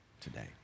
today